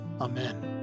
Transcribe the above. Amen